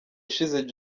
ushize